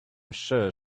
sure